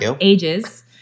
ages